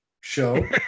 show